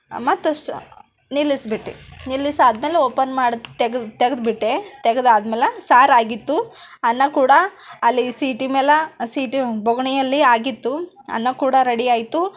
ಮತ್ತಷ್ಟು ನಿಲ್ಲಿಸ್ಬಿಟ್ಟು ನಿಲ್ಲಿಸಾದ್ಮೇಲೆ ಓಪನ್ ಮಾಡಿ ತೆಗ್ ತೆಗೆದ್ಬಿಟ್ಟೆ ತೆಗದಾದ್ಮೇಲೆ ಸಾರು ಆಗಿತ್ತು ಅನ್ನ ಕೂಡ ಅಲ್ಲಿ ಸೀಟಿ ಮ್ಯಾಲ ಸೀಟಿ ಬೋಗಣಿಯಲ್ಲಿ ಆಗಿತ್ತು ಅನ್ನ ಕೂಡ ರೆಡಿ ಆಯ್ತು